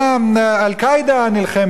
"אל-קאעידה" נלחמת בי.